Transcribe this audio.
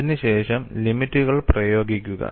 അതിനുശേഷം ലിമിറ്റുകൾ പ്രയോഗിക്കുക